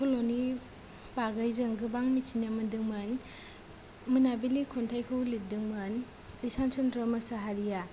सल'नि बागै जों गोबां मिथिनो मोनदोंमोन मोनाबिलि खनथाइखौ लिरदोंमोन ईसान चन्द्र' मोसाहारिआ